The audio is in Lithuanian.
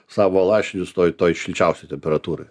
savo lašinius toj toj šilčiausioj temperatūroj